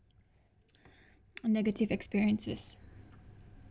negative experiences